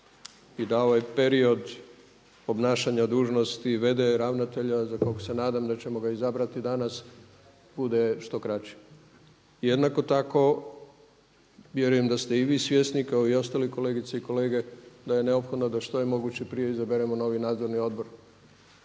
i da ovaj period obnašanja dužnosti VD ravnatelja za kog se nadam da ćemo ga izabrati danas bude što kraći. Jednako tako vjerujem da ste i vi svjesni kao i ostali kolegice i kolege da je neophodno što je moguće prije izaberemo novi nadzorni odbor